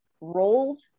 rolled